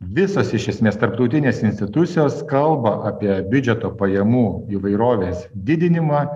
visos iš esmės tarptautinės institucijos kalba apie biudžeto pajamų įvairovės didinimą